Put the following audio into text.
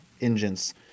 engines